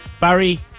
barry